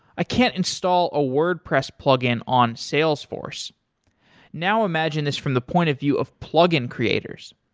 i can't install a wordpress plug-in on salesforce now, imagine this from the point of view of plug-in creators.